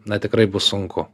na tikrai bus sunku